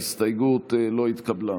ההסתייגות לא התקבלה.